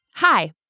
Hi